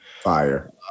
Fire